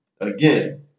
Again